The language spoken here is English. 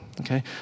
okay